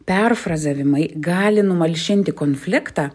perfrazavimai gali numalšinti konfliktą